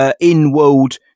in-world